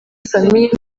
famille